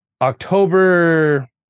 October